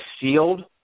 sealed